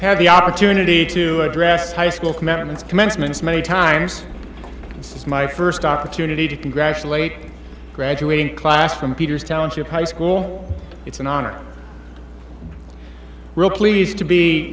have the opportunity to address high school commitments commencements many times this is my first opportunity to congratulate the graduating class from peter's township high school it's an honor real pleased to be